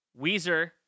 Weezer